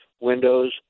windows